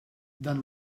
dan